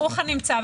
ברוך הנמצא.